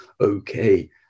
okay